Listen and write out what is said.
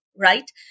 Right